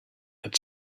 had